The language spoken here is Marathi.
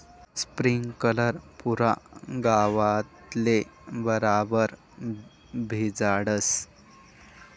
स्प्रिंकलर पुरा गावतले बराबर भिजाडस